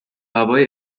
هوای